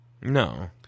No